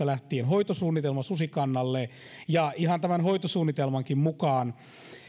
lähtien hoitosuunnitelma susikannalle ja ihan tämän hoitosuunnitelmankin mukaan